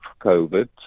COVID